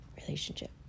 relationship